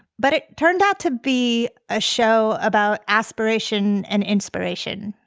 but it turned out to be a show about aspiration and inspiration,